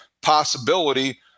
possibility